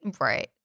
right